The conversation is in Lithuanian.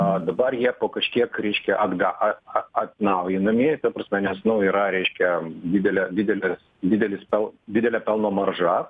a dabar jie po kažkiek ryškia atga at at atnaujinami ta prasme nes nu yra reiškia didelė didelis didelis pel didelė pelno marža